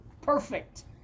perfect